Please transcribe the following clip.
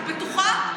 את בטוחה?